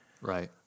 Right